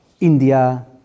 India